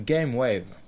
GameWave